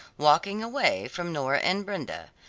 walking away from nora and brenda,